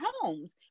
homes